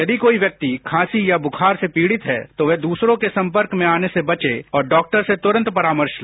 यदि कोई व्यक्ति खांसी या बुखार से पीड़ित है तो वह दूसरों के संपर्क में आने से बचे और डॉक्टर से तुरंत परामर्श ले